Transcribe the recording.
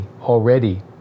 already